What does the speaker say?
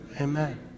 Amen